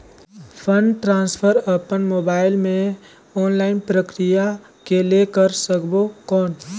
Fund transfer अपन mobile मे online प्रक्रिया ले कर सकबो कौन?